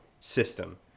system